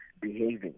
behaving